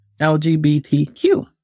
LGBTQ